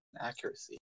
accuracy